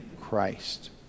Christ